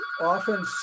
often